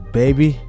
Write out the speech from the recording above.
baby